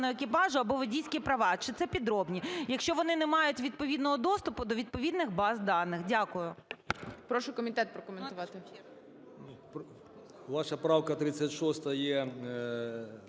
екіпажу або водійські права, чи це підробні, якщо вони не мають відповідного доступу до відповідних баз даних? Дякую.